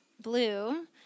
blue